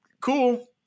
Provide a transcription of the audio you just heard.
cool